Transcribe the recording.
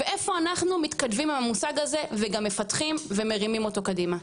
ואיפה אנחנו מתכתבים עם המושג הזה וגם מפתחים ומרימים אותו קדימה?